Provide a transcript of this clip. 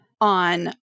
on